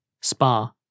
Spa